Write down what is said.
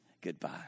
goodbye